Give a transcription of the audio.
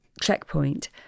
checkpoint